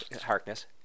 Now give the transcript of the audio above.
Harkness